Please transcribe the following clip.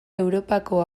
europako